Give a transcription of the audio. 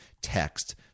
text